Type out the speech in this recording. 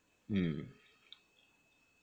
mm